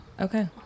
okay